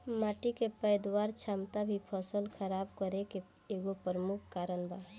माटी के पैदावार क्षमता भी फसल खराब करे के एगो प्रमुख कारन बा